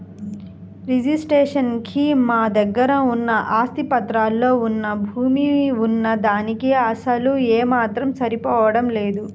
registration కి మా దగ్గర ఉన్న ఆస్తి పత్రాల్లో వున్న భూమి వున్న దానికీ అసలు ఏమాత్రం సరిపోడం లేదు